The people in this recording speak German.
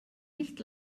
nicht